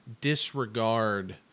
disregard